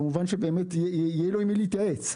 במובן שבאמת יהיה לו עם מי להתייעץ.